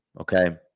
okay